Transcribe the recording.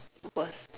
worse